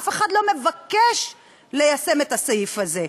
אף אחד לא מבקש ליישם את הסעיף הזה.